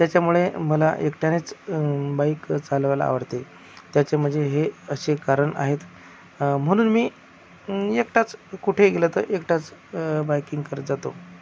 त्याच्यामुळे मला एकट्यानेच बाईक चालवायला आवडते त्याचे मजे हे असे कारणं आहेत म्हणून मी एकटाच कुठंही गेलं तर एकटाच बाइकिंग करत जातो